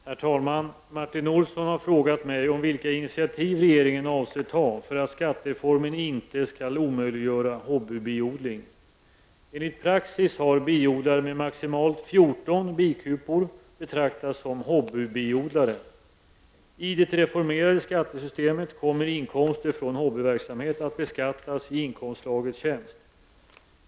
Herr talman! Martin Olsson har frågat mig om vilka initiativ regeringen avser ta för att skattereformen inte skall omöjliggöra hobbybiodling. Enligt praxis har biodlare med maximalt 14 bikupor betraktats som hobbybiodlare. I det reformerade skattesystemet kommer inkomster från hobbyverksamhet att beskattas i inkomstslaget tjänst.